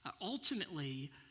ultimately